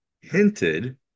hinted